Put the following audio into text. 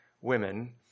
women